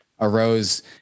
arose